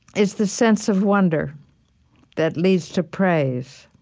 is the sense of wonder that leads to praise.